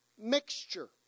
mixture